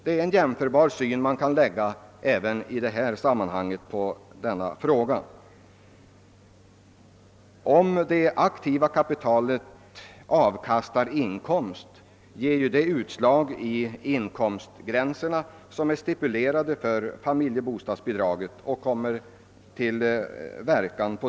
Det är en härmed jämförbar syn som man kan lägga även på den nu aktuella frågan. komst, ger detta utslag på de inkomstgränser, som är stipulerade för familje bostadsbidraget.